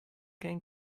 gain